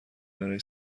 برای